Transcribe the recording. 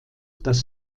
das